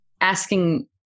asking